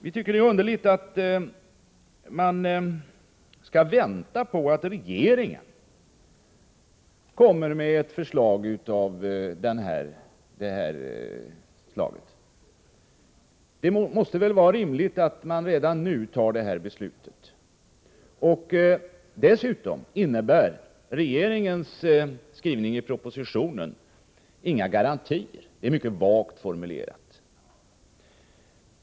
Vi tycker att det är underligt att riksdagen skall vänta på att regeringen kommer med ett förslag. Det måste vara rimligt att riksdagen redan nu fattar detta beslut. Regeringens skrivning i propositionen innebär inga garantier — det är mycket vaga formuleringar.